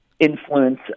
Influence